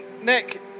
Nick